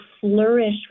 flourish